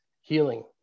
healing